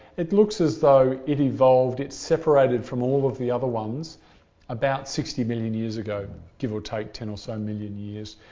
it looks as though it evolved it separated from all of the other ones about sixty million years ago, give or take ten or so and million years,